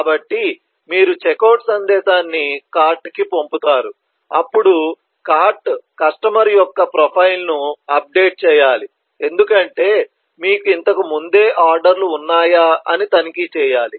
కాబట్టి మీరు చెక్అవుట్ సందేశాన్ని కార్ట్ కి పంపుతారు అప్పుడు కార్ట్ కస్టమర్ యొక్క ప్రొఫైల్ను అప్డేట్ చేయాలి ఎందుకంటే మీకు ఇంతకు ముందు ఆర్డర్లు ఉన్నాయా అని తనిఖీ చేయాలి